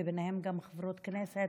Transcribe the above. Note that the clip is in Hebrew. וביניהם גם חברות כנסת,